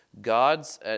God's